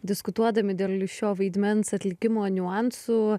diskutuodami dėl šio vaidmens atlikimo niuansų